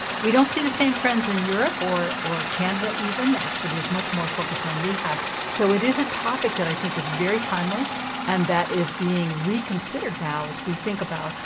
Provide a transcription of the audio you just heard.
we don't see the same trends in europe or or canada even. actually, there's much more focus on rehab. so it is a topic that i think is very timely and that is being reconsidered now as we think about,